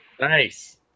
nice